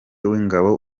w’ingabo